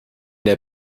der